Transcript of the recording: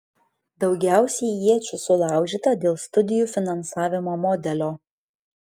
daugiausiai iečių sulaužyta dėl studijų finansavimo modelio